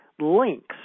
links